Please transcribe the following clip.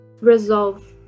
resolve